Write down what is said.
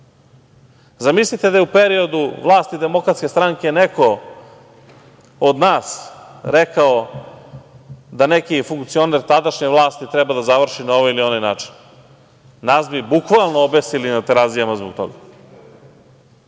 važi. Zamislite da je u periodu vlasti DS neko od nas rekao da neki funkcioner tadašnje vlasti treba da završi na ovaj ili onaj način. Nas bi bukvalno obesili na Terazijama zbog toga. Mi